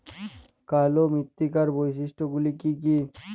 কালো মৃত্তিকার বৈশিষ্ট্য গুলি কি কি?